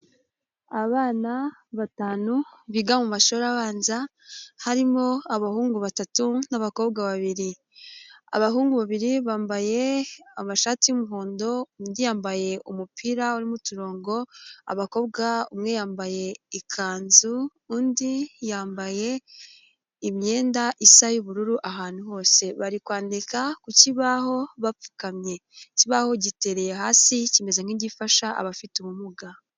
Abana batanu biga mu mashuri abanza harimo abahungu batatu n'abakobwa babiri, abahungu babiri bambaye amashati y'umuhondo undi yambaye umupira urimo uturongo, abakobwa umwe yambaye ikanzu, undi yambaye imyenda isa y'ubururu ahantu hose bari kwandika ku kibaho bapfukamye, ikibaho gitereye hasi kimeze nk'igifasha abafite ubumuga.